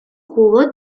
jugó